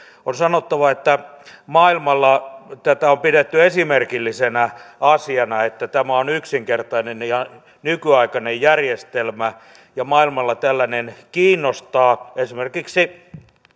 on sanottava että maailmalla tätä on pidetty esimerkillisenä asiana että tämä on yksinkertainen ja nykyaikainen järjestelmä ja maailmalla tällainen kiinnostaa esimerkiksi